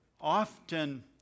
often